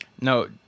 no